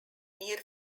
near